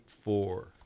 four